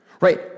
right